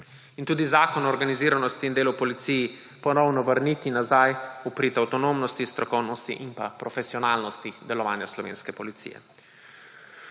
in tudi Zakon o organiziranosti in delu v policiji ponovno vrniti nazaj v prid avtonomnosti, strokovnosti in pa profesionalnosti delovanja slovenske policije.